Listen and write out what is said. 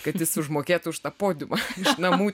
kad jis užmokėtų už tą podiumą iš namų